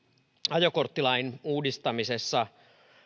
ajokorttilain uudistamisessa